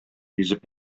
йөзеп